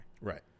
Right